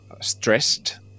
stressed